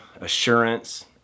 assurance